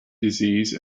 disease